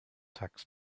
tax